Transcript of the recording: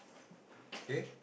okay